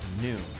noon